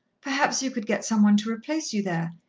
perhaps you could get some one to replace you there.